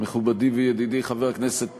מכובדי וידידי חבר הכנסת פרץ,